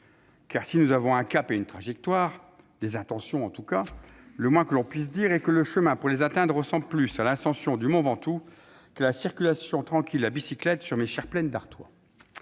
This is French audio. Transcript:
si nous avons un cap et une trajectoire- des intentions, en tout cas -, le moins que l'on puisse dire est que le chemin pour les atteindre ressemble plus à l'ascension du mont Ventoux qu'à la circulation tranquille à bicyclette à travers mes chères plaines d'Artois